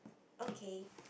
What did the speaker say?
okay